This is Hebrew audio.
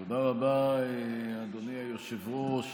תודה רבה, אדוני היושב-ראש.